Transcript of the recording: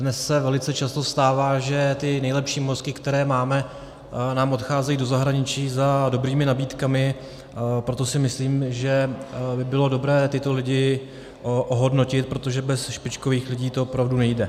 Dnes se velice často stává, že nám ty nejlepší mozky, které máme, odcházejí do zahraničí za dobrými nabídkami, proto si myslím, že by bylo dobré tyto lidi ohodnotit, protože bez špičkových lidí to opravdu nejde.